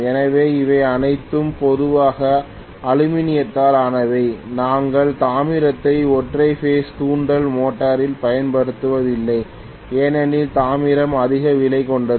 எனவே இவை அனைத்தும் பொதுவாக அலுமினியத்தால் ஆனவை நாங்கள் தாமிரத்தை ஒற்றை பேஸ் தூண்டல் மோட்டரில் பயன்படுத்துவதில்லை ஏனெனில் தாமிரம் அதிக விலை கொண்டது